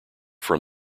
from